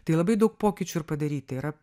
tai labai daug pokyčių ir padaryta yra